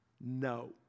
No